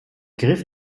griff